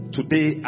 today